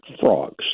frogs